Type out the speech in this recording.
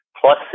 plus